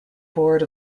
board